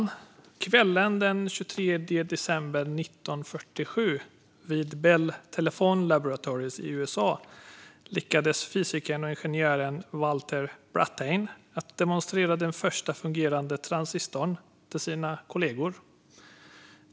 På kvällen den 23 december 1947 vid Bell Telephone Laboratories i USA lyckades fysikern och ingenjören Walter Brattain demonstrera den första fungerande transistorn för sina kollegor.